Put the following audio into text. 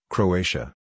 Croatia